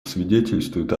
свидетельствует